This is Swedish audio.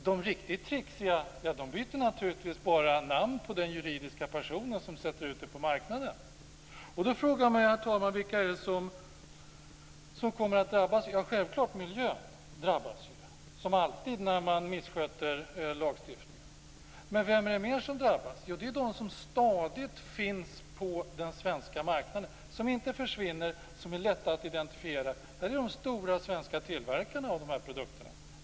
De riktigt tricksiga byter naturligtvis bara namn på den juridiska person som sätter ut produkten på marknaden. Då frågar jag mig, herr talman, vilka det är som kommer att drabbas. Självklart drabbas miljön, som alltid när man missköter lagstiftningen. Men vem är det mer som drabbas? Jo, det är de som stadigt finns på den svenska marknaden, som inte försvinner, som är lätta att identifiera. Det är de stora svenska tillverkarna av de här produkterna.